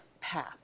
path